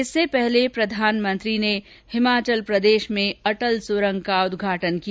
इससे पहले प्रधानमंत्री नरेन्द्र मोदी ने हिमाचल प्रदेश में अटल सुरंग का उद्घाटन किया